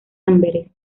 amberes